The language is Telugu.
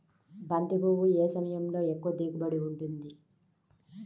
బంతి పువ్వు ఏ సమయంలో ఎక్కువ దిగుబడి ఉంటుంది?